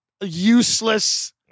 useless